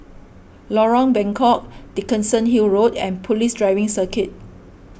Lorong Bengkok Dickenson Hill Road and Police Driving Circuit